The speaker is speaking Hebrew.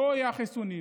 לא היו חיסונים,